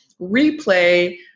replay